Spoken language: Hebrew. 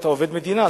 אתה עובד מדינה,